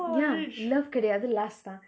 ya love கெடயாது:kedayathu lust தான்:than